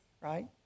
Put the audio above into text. right